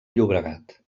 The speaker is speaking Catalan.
llobregat